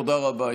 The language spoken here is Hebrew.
תודה רבה.